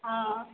ହଁ